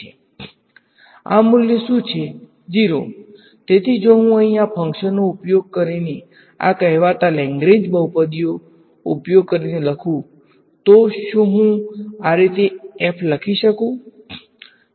0 તેથી જો હું અહીં આ ફંક્શનનો ઉપયોગ કરીને આ કહેવાતા લેગ્રેન્જ બહુપદીનો ઉપયોગ કરીને લખું તો શું હું આ રીતે f લખી શકું